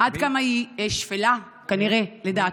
עד כמה היא שפלה, כנראה, לדעתו.